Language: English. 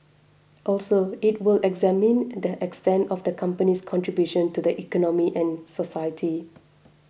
also it will examining the extent of the company's contribution to the economy and society